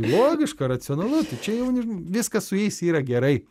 logiška racionalu tai čia jaui žmo viskas su jais yra gerai